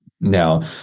Now